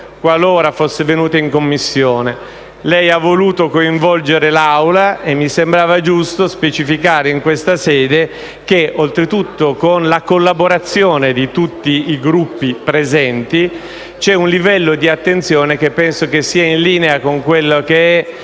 qualora fosse venuta in Commissione. Lei ha voluto coinvolgere l'Assemblea e mi sembrava giusto specificare in questa sede che, oltretutto con la collaborazione di tutti i Gruppi presenti, c'è un livello di attenzione che penso sia in linea con lo stile